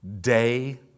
day